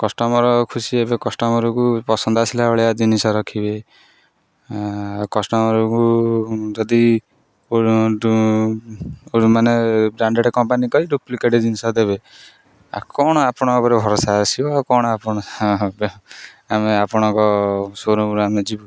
customer ଖୁସି ଏବେ କଷ୍ଟମରକୁ ପସନ୍ଦ ଆସିଲା ଭଳିଆ ଜିନିଷ ରଖିବେ କଷ୍ଟମର୍କୁ ଯଦି ମାନେ ବ୍ରାଣ୍ଡେଡ଼୍ କମ୍ପାନୀ କରି ଡୁପ୍ଲିକେଟ୍ ଜିନିଷ ଦେବେ କ'ଣ ଆପଣଙ୍କ ଉପରେ ଭରସା ଆସିବ ଆଉ କ'ଣ ଆପଣ ଆମେ ଆପଣଙ୍କ ସୋରୁମ୍ରୁ ଆମେ ଯିବୁ